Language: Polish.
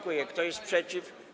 Kto jest przeciw?